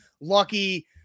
Lucky